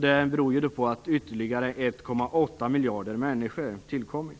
Det beror på att ytterligare 1,8 miljarder människor har tillkommit.